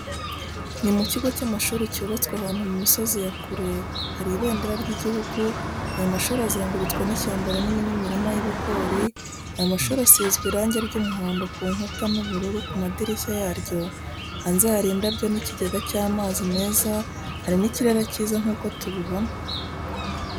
Ni mukigo cy'amashuri cyubatswe ahantu mu misozi yakure hari ibendera ry'igihugu ayo mashuri azengurutswe n'ishyamba rinini n'imirima y'ibigori ayo mashuri asizwe irange ry'umuhondo ku nkuta n'ubururu kumadirishya yaryo hanze hari indabyo n'ikigenga cy'amazi meza hari n'ikirere kiza nkuko tubibona.